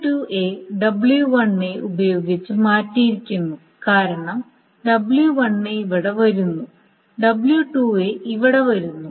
w2 w1 ഉപയോഗിച്ച് മാറ്റിയിരിക്കുന്നു കാരണം w1 ഇവിടെ വരുന്നു w2 ഇവിടെ വരുന്നു